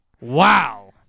Wow